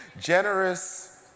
Generous